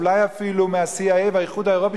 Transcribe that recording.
אולי אפילו מה-CIA ומהאיחוד האירופי,